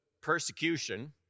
persecution